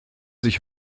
sich